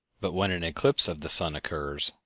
but when an eclipse of the sun occurs,